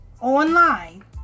online